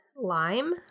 lime